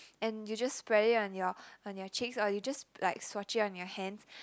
and you just spread it on your on your cheeks or you just like swatch it on your hands